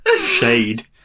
Shade